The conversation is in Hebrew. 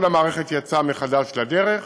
כל המערכת יצאה מחדש לדרך,